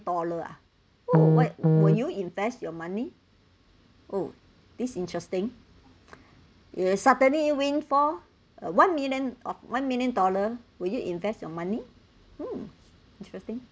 dollar ah oh will will you invest your money oh this interesting you suddenly win for a one million of one million dollar would you invest your money mm interesting